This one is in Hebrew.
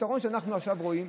הפתרון שאנחנו עכשיו רואים,